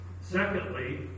Secondly